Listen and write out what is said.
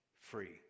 free